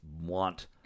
want